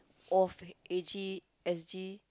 of S_G S_G